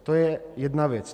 To je jedna věc.